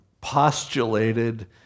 postulated